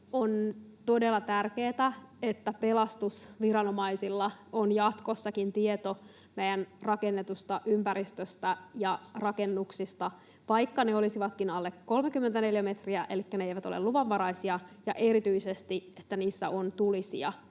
on todella tärkeätä, että pelastusviranomaisilla on jatkossakin tieto meidän rakennetusta ympäristöstä ja rakennuksista, vaikka ne olisivatkin alle 30 neliömetriä elikkä ne eivät olisi luvanvaraisia, ja erityisesti siitä, että niissä on tulisija